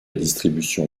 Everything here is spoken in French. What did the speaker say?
distribution